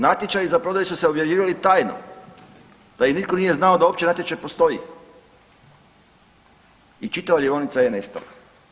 Natječaji za prodaju su se objavljivali tajno da i nitko nije znao da uopće natječaj postoji i čitava ljevaonica je nestala.